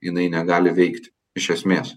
jinai negali veikti iš esmės